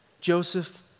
Joseph